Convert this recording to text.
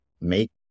make